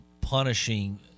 punishing